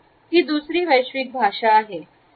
ही दुसरी वैश्विक भाषा आहे